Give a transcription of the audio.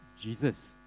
Jesus